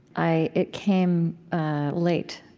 i it came late.